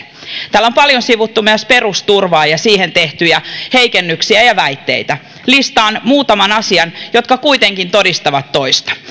täällä on paljon sivuttu myös perusturvaa ja siihen tehtyjä heikennyksiä ja siitä tehtyjä väitteitä listaan muutaman asian jotka kuitenkin todistavat toista